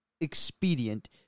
expedient